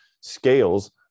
scales